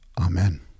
Amen